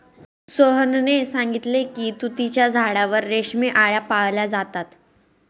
सोहनने सांगितले की तुतीच्या झाडावर रेशमी आळया पाळल्या जातात